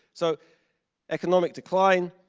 so economic decline,